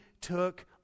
took